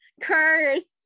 Cursed